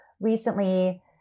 recently